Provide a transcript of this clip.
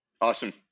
awesome